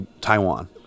Taiwan